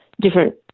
different